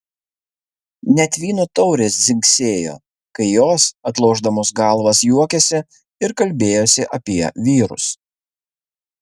net vyno taurės dzingsėjo kai jos atlošdamos galvas juokėsi ir kalbėjosi apie vyrus